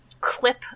clip